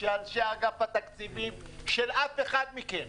של אנשי אגף התקציבים של אף אחד מכם.